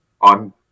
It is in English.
on